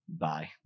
Bye